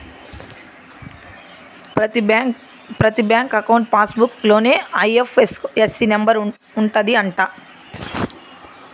ప్రతి bank account passbook లోనే IFSC number ఉంటది అంట